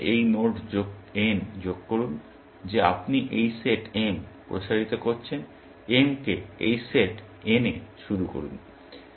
তারপর আপনি এই নোড n যোগ করুন যে আপনি এই সেট m প্রসারিত করেছেন m কে এই সেট n এ শুরু করুন